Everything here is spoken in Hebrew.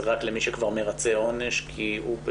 זה רק למי שכבר מרצה עונש כי הוא הורשע?